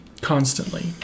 Constantly